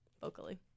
vocally